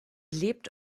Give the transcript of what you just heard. lebt